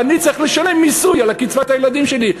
ואני צריך לשלם מיסוי על קצבת הילדים שלי.